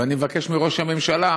ואני מבקש מראש הממשלה